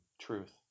truth